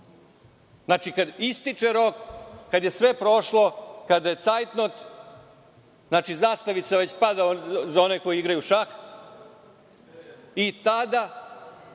zakoni. Znači, kada ističe rok, kada je sve prošlo, kada je cajtnot, zastavica već pada za one koji igraju šah i tada